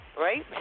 right